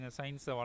science